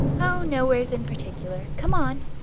oh, nowheres in particular. come on.